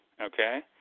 Okay